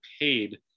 paid